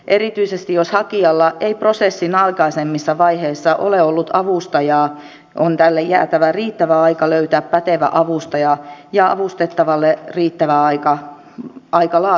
erityisesti jos hakijalla ei prosessin aikaisemmissa vaiheissa ole ollut avustajaa on tälle jäätävä riittävä aika löytää pätevä avustaja ja avustettavalle riittävä aika laatia valitus